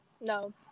No